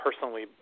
personally